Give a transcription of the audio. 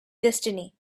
destiny